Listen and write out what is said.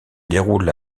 déroule